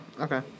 okay